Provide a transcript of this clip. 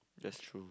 that's true